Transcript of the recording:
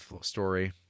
story